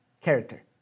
Character